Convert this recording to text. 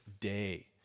day